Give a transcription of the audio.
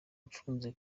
mfunze